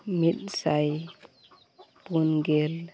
ᱢᱤᱫ ᱥᱟᱭ ᱯᱩᱱᱜᱮ